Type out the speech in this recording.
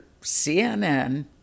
CNN